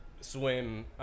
swim